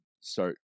start